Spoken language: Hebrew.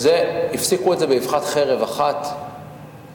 הפסיקו את זה באבחת חרב אחת ב-2003.